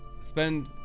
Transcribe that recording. spend